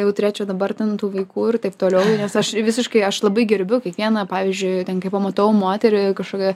jau turėčiau dabar ten tų vaikų ir taip toliau nes aš visiškai aš labai gerbiu kiekvieną pavyzdžiui ten kai pamatau moterį kažkokią